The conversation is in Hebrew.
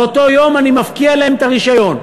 באותו יום אני מפקיע להם את הרישיון.